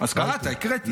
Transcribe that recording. אז קראת, הקראתי.